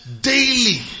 daily